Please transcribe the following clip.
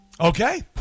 Okay